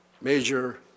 major